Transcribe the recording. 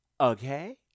Okay